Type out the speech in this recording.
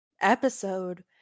episode